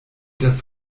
das